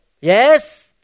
yes